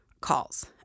calls